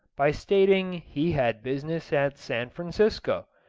by stating he had business at san francisco,